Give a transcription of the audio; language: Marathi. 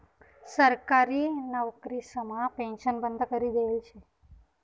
सरकारी नवकरीसमा पेन्शन बंद करी देयेल शे